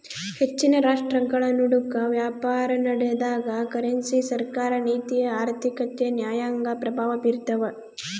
ಹೆಚ್ಚಿನ ರಾಷ್ಟ್ರಗಳನಡುಕ ವ್ಯಾಪಾರನಡೆದಾಗ ಕರೆನ್ಸಿ ಸರ್ಕಾರ ನೀತಿ ಆರ್ಥಿಕತೆ ನ್ಯಾಯಾಂಗ ಪ್ರಭಾವ ಬೀರ್ತವ